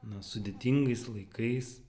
na sudėtingais laikais